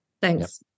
Thanks